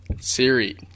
Siri